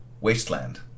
wasteland